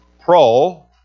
Pro